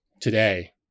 today